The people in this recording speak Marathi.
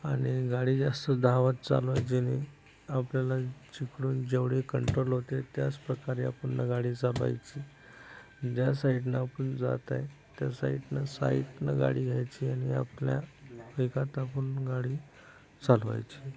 आणि गाडी जास्त धावत चालवायची नाही आपल्याला जिकडून जेवढी कंट्रोल होते त्याचप्रकारे आपण गाडी चालवायची ज्या साइडनं आपण जात आहे त्या साइडनं साइडनं गाडी घ्यायची आणि आपल्या वेगात आपण गाडी चालवायची